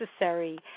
necessary